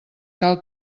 cal